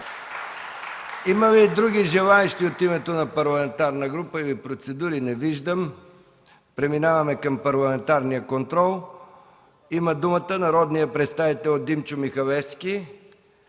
Има ли други желаещи от името на парламентарна група или процедури? Не виждам. Преминаваме към парламентарния контрол. Има думата народният представител Димчо Михалевски